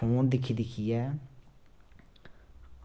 phone दिक्खी दिक्खियै